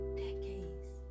decades